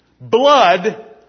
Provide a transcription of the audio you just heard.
blood